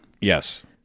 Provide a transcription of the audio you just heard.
Yes